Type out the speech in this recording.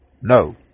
No